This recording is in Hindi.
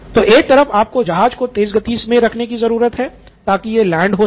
तो एक तरफ आपको जहाज़ को तेज़ गति मे रखने की जरूरत है ताकि यह लैंड हो सके